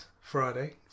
Friday